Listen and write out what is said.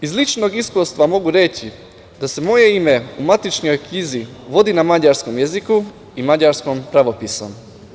Iz ličnog iskustva mogu reći da se moje ime u matičnoj knjizi vodi na mađarskom jeziku i mađarskom pravopisu.